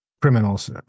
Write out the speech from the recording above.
criminals